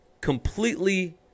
completely